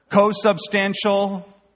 Co-substantial